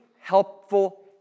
helpful